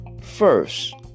first